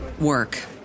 work